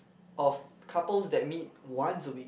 of couples that meet once a week